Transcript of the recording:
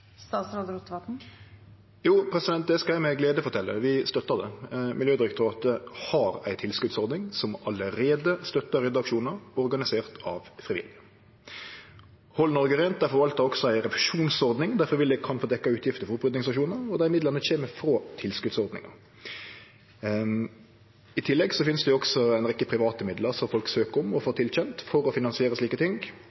Jo, det skal eg med glede fortelje: Vi støttar det. Miljødirektoratet har ei tilskotsordning som allereie støttar ryddeaksjonar organiserte av frivillige. Hold Norge Rent forvaltar også ei refusjonsordning der frivillige kan få dekt utgifter til oppryddingsaksjonar, og dei midlane kjem frå tilskotsordninga. I tillegg finst det ei rekkje private midlar som folk søkjer om, og får